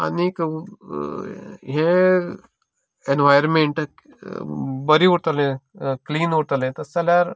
आनीक हें एनवारोमेंट बरी उरतलें क्लिन उरतलें तशें जाल्यार अशें